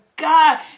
God